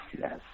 yes